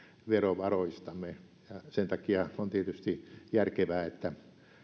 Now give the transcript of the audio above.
verovaroistamme ja sen takia on tietysti järkevää että